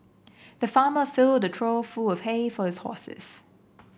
the farmer filled trough full of hay for his horses